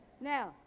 Now